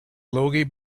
logie